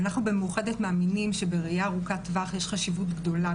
אנחנו במאוחדת מאמינים שבראייה ארוכת טווח יש חשיבות גדולה,